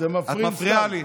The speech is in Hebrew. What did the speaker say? את מפריעה לי.